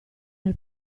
nel